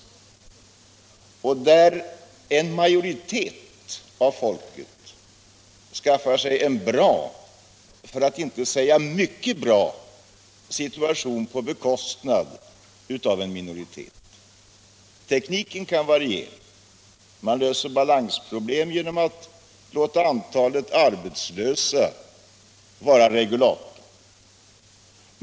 Den innebär att en majoritet av folket skaffar sig en bra, för att inte säga mycket bra, situation på bekostnad av en minoritet. Tekniken kan variera. Man löser balansproblem genom att låta antalet arbetslösa vara regulator.